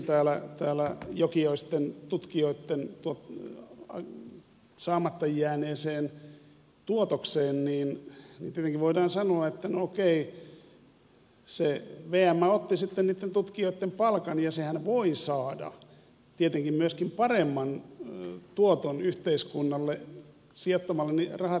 viittasin täällä jokioisten tutkijoitten saamatta jääneeseen tuotokseen ja tietenkin voidaan sanoa että no okei se vm otti sitten niitten tutkijoitten palkan ja sehän voi saada tietenkin myöskin paremman tuoton yhteiskunnalle sijoittamalla ne rahat johonkin muualle